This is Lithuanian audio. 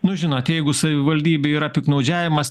nu žinot jeigu savivaldybėj yra piktnaudžiavimas